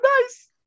nice